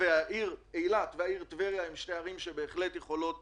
והעיר אילת והעיר טבריה הן שתי ערים שיכולות